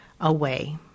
away